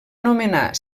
nomenar